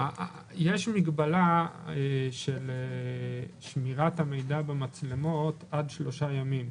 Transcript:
יש מגבלה של שמירת המידע במצלמות עד שלושה ימים,